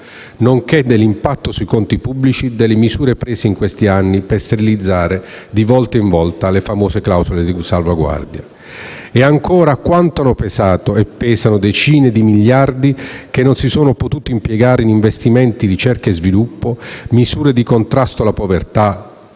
nonché dell'impatto sui conti pubblici, delle misure prese in questi anni per sterilizzare, di volta in volta, le famose clausole di salvaguardia. E ancora, quanto hanno pesato e pesano decine di miliardi che non si sono potuti impiegare in investimenti, ricerca e sviluppo, misure di contrasto alla povertà